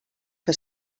que